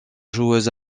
joueuse